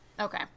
Okay